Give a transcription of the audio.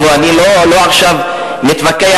עכשיו לא נתווכח,